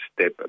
step